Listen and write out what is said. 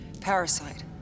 parasite